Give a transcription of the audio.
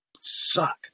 suck